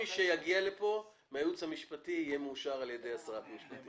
משרד המשפטים הוביל בעבר את מה שמכונה תיקון 84,